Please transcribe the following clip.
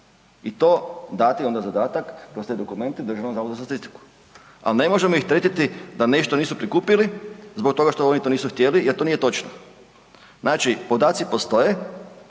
i to dati na zadatak kroz te dokumente DZS, ali ne možemo ih teretiti da nešto nisu prikupili zbog toga što oni to nisu htjeli jer to nije točno. Znači podaci postoje